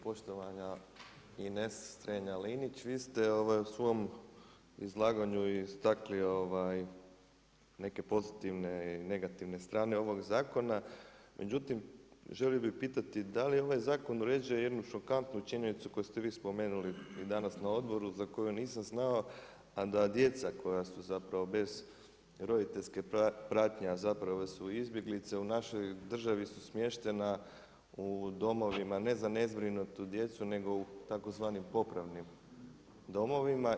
Poštovana Ines Strenja-Linić, vi ste u svom izlaganju istakli neke pozitivne i negativne strane ovoga zakona, međutim želio bi pitati da li ovaj zakon uređuje jednu šokantnu činjenicu koju ste vi spomenuli i danas na odboru, za koju nisam znao bez roditeljske pratnje, a zapravo su izbjeglice, u našoj državi su smještena u domovina ne za nezbrinuti djecu, nego u tzv. popravnim domovina.